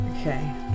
Okay